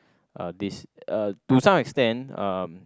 uh this uh to some extent um